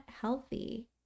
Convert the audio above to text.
healthy